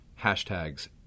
Hashtags